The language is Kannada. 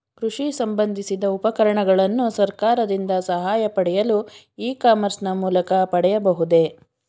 ಕೃಷಿ ಸಂಬಂದಿಸಿದ ಉಪಕರಣಗಳನ್ನು ಸರ್ಕಾರದಿಂದ ಸಹಾಯ ಪಡೆಯಲು ಇ ಕಾಮರ್ಸ್ ನ ಮೂಲಕ ಪಡೆಯಬಹುದೇ?